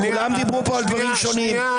כולם דיברו פה על דברים שונים.